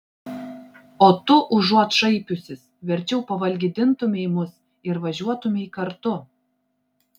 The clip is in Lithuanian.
o tu užuot šaipiusis verčiau pavalgydintumei mus ir važiuotumei kartu